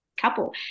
couple